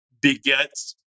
begets